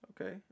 Okay